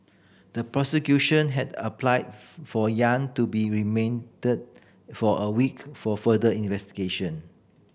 the prosecution had applied for Yang to be remanded for a week for further investigation